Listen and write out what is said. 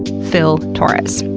phil torres.